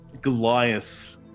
Goliath